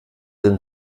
den